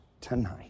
tonight